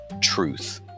truth